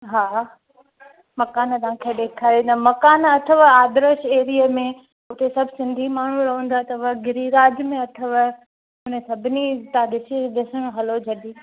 हा मकानु तव्हांखे ॾेखारंदमि मकानु अथव आदर्श एरिये में उते सभु सिंधी माण्हू रहंदा अथव गिरिराज में अथव अने सभिनी तव्हां ॾिसी ॾिसण हलो जल्दी